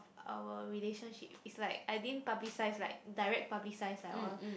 our relationship is like I didn't publicise like direct publicise like all